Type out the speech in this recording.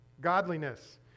Godliness